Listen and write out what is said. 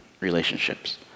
relationships